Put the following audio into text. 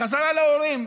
בחזרה להורים.